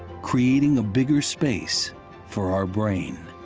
creating a bigger space for our brain.